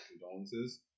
condolences